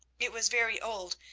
it was very old,